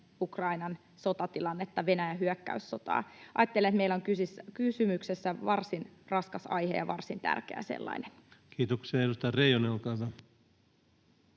Ukrainan sotatilannetta, Venäjän hyökkäyssotaa. Ajattelen, että meillä on kysymyksessä varsin raskas aihe ja varsin tärkeä sellainen. [Speech 11] Speaker: